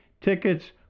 tickets